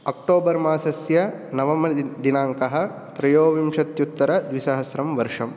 October मासस्य नवमदिनाङ्कः त्रयोविंशत्युत्तरद्विसहस्रं वर्षं